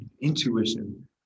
intuition